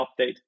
update